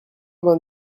vingt